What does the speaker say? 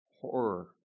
horror